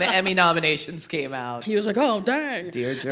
emmy nominations came out. he was like oh, dang dear journal.